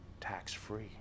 tax-free